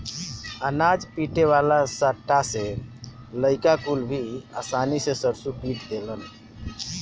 अनाज पीटे वाला सांटा से लईका कुल भी आसानी से सरसों पीट देलन